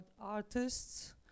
artists